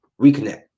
reconnect